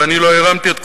ואני לא הרמתי את קולי,